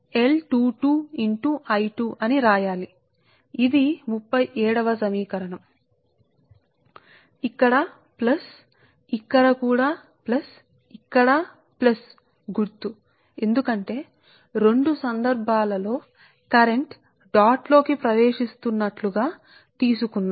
ఇది plus plus ఇక్కడ కూడా ప్లస్ గుర్తుఇక్కడ కూడా ప్లస్ గుర్తు ప్లస్ గుర్తు ఎందుకంటే రెండు సందర్భాలలో మనం భావించ వచ్చును dot కరెంటు ప్రవేశిస్తున్నట్లు గా సరే